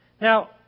Now